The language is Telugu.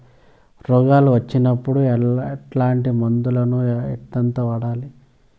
రోగాలు వచ్చినప్పుడు ఎట్లాంటి మందులను ఎంతెంత వాడాలి?